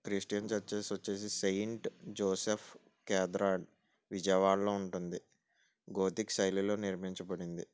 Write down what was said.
Christian churches వచ్చి saint Joseph cathedral విజయవాడలో ఉంటుంది గోతిక్ శైలిలో నిర్మించబడింది